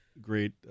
great